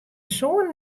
sân